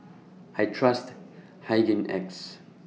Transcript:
I Trust Hygin X